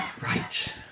Right